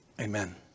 Amen